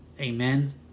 Amen